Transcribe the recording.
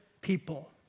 people